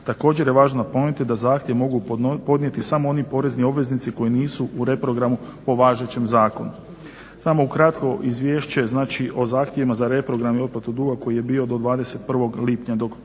Također je važno ponoviti da zahtjev mogu podnijeti samo oni porezni obveznici koji nisu i reprogramu po važećem zakonu. Samo ukratko izvješće znači o zahtjevima za reprogram i otplatu duga koji je bio do 21. lipnja